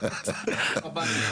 אנחנו מדברים פה על משרד הביטחון.